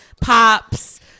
Pops